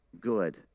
good